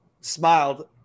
smiled